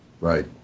right